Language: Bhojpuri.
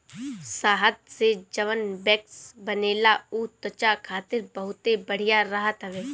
शहद से जवन वैक्स बनेला उ त्वचा खातिर बहुते बढ़िया रहत हवे